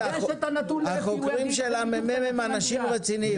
החוקרים של הממ"מ הם אנשים רציניים.